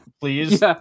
please